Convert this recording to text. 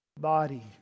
body